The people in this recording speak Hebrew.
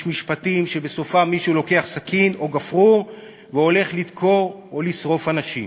יש משפטים שבסופם מישהו לוקח סכין או גפרור והולך לדקור או לשרוף אנשים.